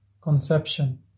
conception